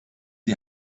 die